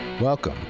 Welcome